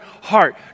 heart